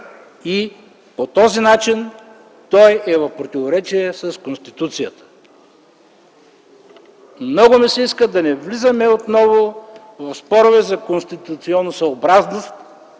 и по този начин е в противоречие с Конституцията. Много ми се иска да не влизаме отново в спорове за конституционносъобразност,